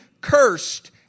cursed